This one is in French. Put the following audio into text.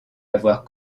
avoir